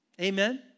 Amen